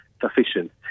sufficient